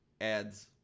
adds